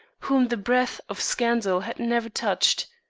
whom the breath of scandal had never touched?